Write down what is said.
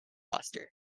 roster